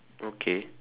okay